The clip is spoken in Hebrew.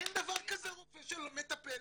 אין דבר כזה רופא מטפל